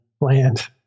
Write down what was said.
land